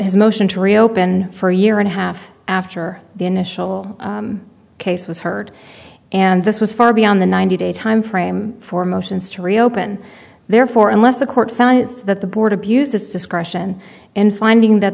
his motion to reopen for a year and a half after the initial case was heard and this was far beyond the ninety day time frame for motions to reopen therefore unless the court found that the board abused its discretion in finding that